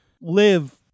live